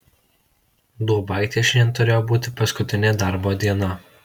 duobaitei šiandien turėjo būti paskutinė darbo diena